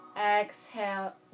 Exhale